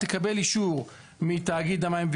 תקבל אישור מתאגיד המים,